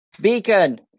Beacon